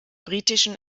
britischen